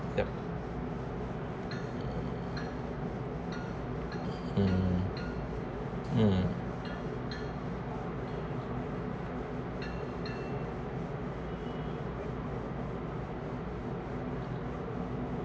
yup um um